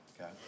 okay